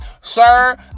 Sir